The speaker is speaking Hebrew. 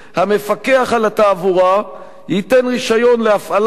"המפקח על התעבורה ייתן רשיון להפעלת"